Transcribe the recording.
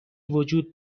وجود